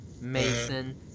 Mason